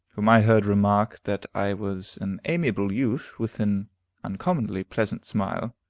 whom i heard remark that i was an amiable youth, with an uncommonly pleasant smile.